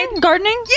gardening